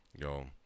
Yo